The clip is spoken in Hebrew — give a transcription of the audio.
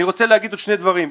אני רוצה לומר עוד שני דברים.